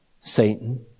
Satan